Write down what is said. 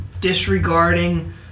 disregarding